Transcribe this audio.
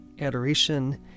adoration